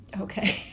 Okay